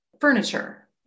furniture